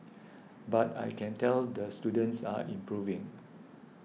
but I can tell the students are improving